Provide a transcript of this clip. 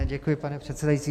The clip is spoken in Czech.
Děkuji, pane předsedající.